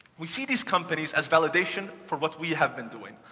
we see these companies as validation for what we have been doing,